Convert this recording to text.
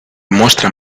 muestran